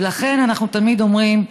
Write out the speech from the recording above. לכן אנחנו תמיד אומרים: